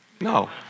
No